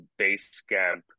Basecamp